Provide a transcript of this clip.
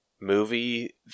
movie